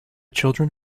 children